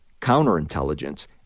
counterintelligence